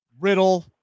Riddle